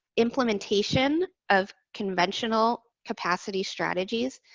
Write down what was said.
implementation of conventional capacity strategies.